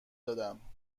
دادم